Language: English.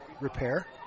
repair